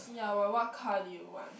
ya what what car do you want